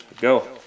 Go